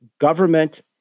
government